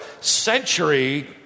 century